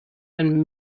and